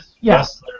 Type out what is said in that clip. Yes